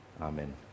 amen